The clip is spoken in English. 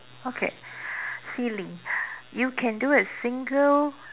okay silly you can do a single